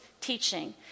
teaching